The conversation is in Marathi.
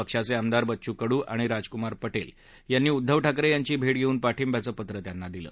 पक्षाचे आमदार बच्चू कडू आणि राजकुमार पटेल यांनी उद्दव ठाकरे यांची भेट घेऊन पाठिंब्याचं पत्र त्यांना दिलं